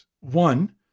One